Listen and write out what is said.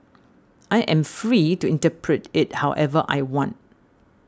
I am free to interpret it however I want